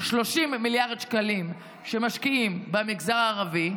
30 מיליארד שקלים שמשקיעים במגזר הערבי,